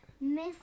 Miss